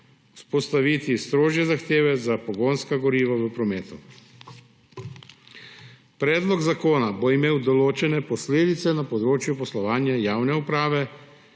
vzpostaviti strožje zahteve za pogonska goriva v prometu. Predlog zakona bo imel določene posledice na področju poslovanja javne uprave